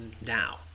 now